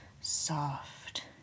soft